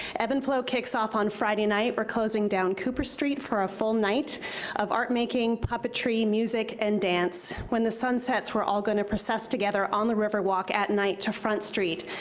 ebb and flow kicks off on friday night. we're closing down cooper street for a full night of art-making, puppetry, music and dance. when the sun sets, we're all going to precess together on the river walk at night to front street.